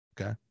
okay